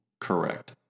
correct